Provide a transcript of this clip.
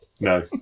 no